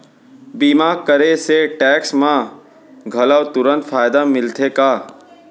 बीमा करे से टेक्स मा घलव तुरंत फायदा मिलथे का?